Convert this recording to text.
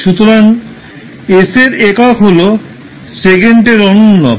সুতরাং s এর একক হল সেকেন্ড এর অনোন্যক